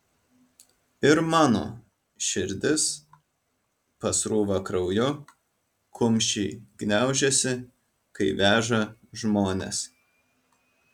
ir mano širdis pasrūva krauju kumščiai gniaužiasi kai veža žmones